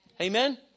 Amen